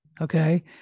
okay